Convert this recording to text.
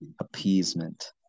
appeasement